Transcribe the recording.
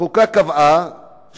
החוקה קבעה